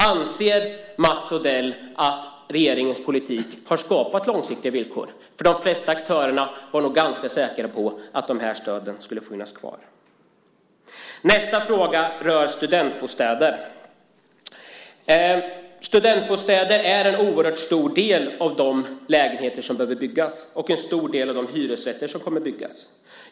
Anser Mats Odell att regeringens politik har skapat långsiktiga villkor? De flesta aktörerna var nog ganska säkra på att stöden skulle finnas kvar. Nästa fråga gäller studentbostäder. Studentbostäder omfattar en stor del av de lägenheter som behöver byggas och en stor del av de hyresrätter som kommer att byggas.